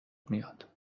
میاد